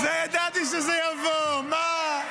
ידעתי שזה יבוא, מה.